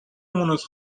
مونس